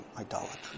idolatry